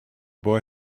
boy